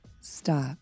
stop